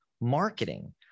marketing